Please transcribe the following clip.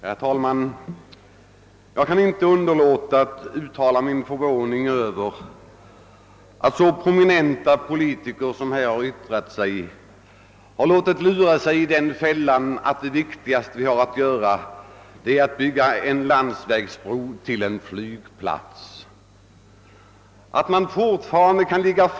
Herr talman! Jag kan inte underlåta att uttala min förvåning över att så prominenta politiker som här har yttrat sig har låtit lura sig i den fällan att det viktigaste vi har att göra är att bygga en landsvägsbro till en flygplats.